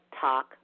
talk